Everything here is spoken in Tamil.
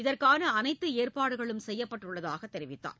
இதற்கான அனைத்து ஏற்பாடுகளும் செய்யப்பட்டுள்ளதாகத் தெரிவித்தார்